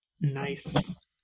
nice